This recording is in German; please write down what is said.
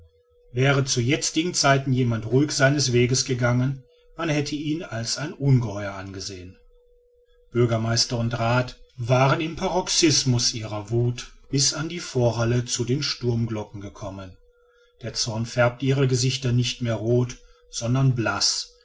wäre zu jetzigen zeiten jemand ruhig seines weges gegangen man hätte ihn als ein ungeheuer angesehen bürgermeister und rath waren im paroxysmus ihrer wuth bis an die vorhalle zu den sturmglocken gekommen der zorn färbte ihre gesichter nicht mehr roth sondern blaß